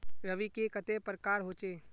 रवि के कते प्रकार होचे?